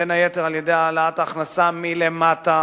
בין היתר על-ידי העלאת ההכנסה מלמטה